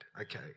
Okay